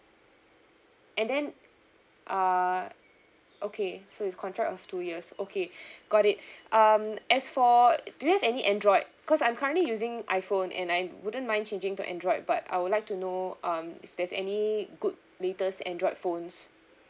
and then uh okay so it's contract of two years okay got it um as for uh do you have any android because I'm currently using iphone and I wouldn't mind changing to android but I would like to know um if there's any good latest android phones